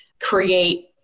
create